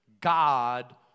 God